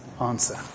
answer